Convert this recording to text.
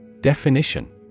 Definition